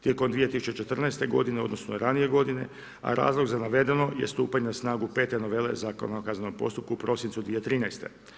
Tijekom 2014. g. u odnosu na ranije godine, a razlog na navedeno je stupanje na snagu 5 novele Zakona o kaznenom postupku u prosincu 2013.